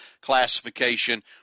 classification